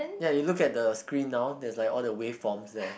ya you look at the screen now there's like all the waveforms there